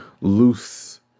loose